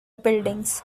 buildings